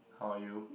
how are you